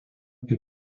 kai